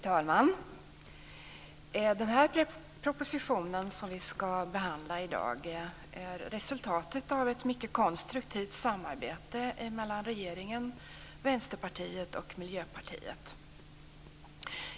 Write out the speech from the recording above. Fru talman! Den proposition som vi ska behandla i dag är resultatet av ett mycket konstruktivt samarbete mellan regeringen, Vänsterpartiet och Miljöpartiet.